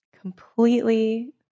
Completely